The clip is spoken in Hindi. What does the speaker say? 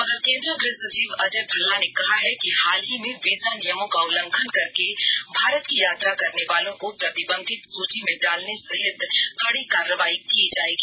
उधर केन्द्रीय गृह सचिव अजय भल्ला ने कहा है कि हाल ही में वीजा नियमों का उल्लंघन करके भारत की यात्रा करने वालों को प्रतिबंधित सूची में डालने सहित कड़ी कार्रवाई की जाएगी